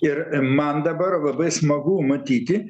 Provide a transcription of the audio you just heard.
ir man dabar labai smagu matyti